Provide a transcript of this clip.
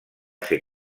ser